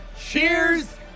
Cheers